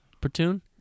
platoon